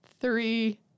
three